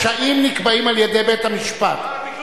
פשעים נקבעים על-ידי בית-המשפט.